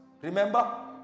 Remember